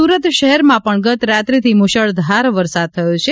સુરત શહેરમાં પણ ગતરાત્રિથી મુશળધાર વરસાદ થયો છે